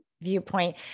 viewpoint